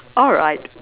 alright